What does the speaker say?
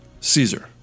Caesar